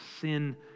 sin